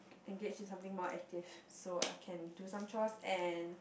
engage in something more active so I can do some chores and